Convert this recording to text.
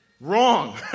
Wrong